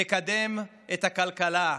תקדם את הכלכלה,